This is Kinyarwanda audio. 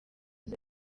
izo